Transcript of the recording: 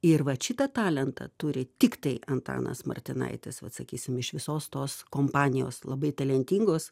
ir vat šitą talentą turi tiktai antanas martinaitis vat sakysim iš visos tos kompanijos labai talentingos